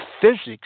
physics